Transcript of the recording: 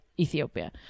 Ethiopia